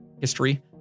history